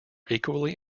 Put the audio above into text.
equally